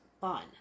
fun